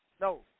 No